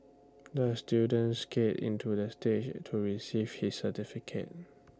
the student skated into the stage to receive his certificate